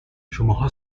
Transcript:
شماها